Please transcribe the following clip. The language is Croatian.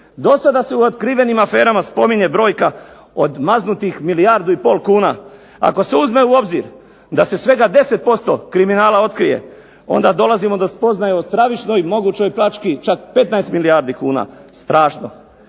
Do sada u otkrivenim aferama spominje brojka od maznutih milijardu i pol kuna. Ako se uzme u obzir da se svega 10% kriminala otkrije, onda dolazimo do spoznaje o stravičnoj mogućoj pljački čak 15 milijardi kuna. Strašno.